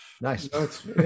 nice